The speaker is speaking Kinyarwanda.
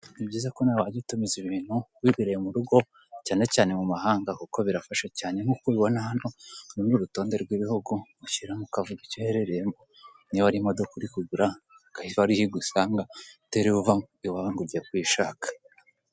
Ni byiza nawe wajya utumiza ibintu wibereye murugo cyane cyane mumahanga kuko birafasha cyane nk'uko ubibona hano uru ni urutonde rw'ibihugu, ushyiramo ukavuga icyo uherereyemo niba ari imodoka uri kugura, akaba ari ho igusanga utiriwe uva iwawe ngo ugiye kuyishaka.